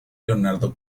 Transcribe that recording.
leonardo